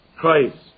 Christ